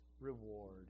reward